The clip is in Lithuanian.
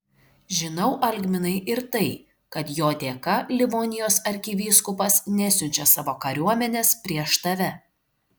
žinau algminai ir tai kad jo dėka livonijos arkivyskupas nesiunčia savo kariuomenės prieš tave